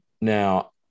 now